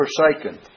forsaken